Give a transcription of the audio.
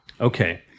Okay